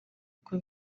uko